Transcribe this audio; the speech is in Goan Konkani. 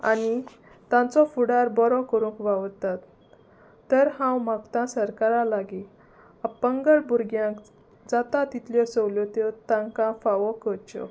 आनी तांचो फुडार बरो करूंक वावुरतात तर हांव मागतां सरकारा लागीं अपंगळ भुरग्यांक जाता तितल्यो सवलत्यो त्यो तांकां फावो करच्यो